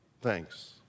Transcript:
Thanks